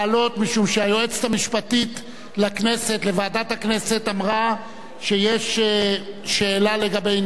משום שהיועצת המשפטית לוועדת הכנסת אמרה שיש שאלה לגבי עניין זה.